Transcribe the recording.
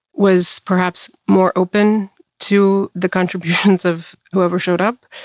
was perhaps more open to the contributions of whoever showed up.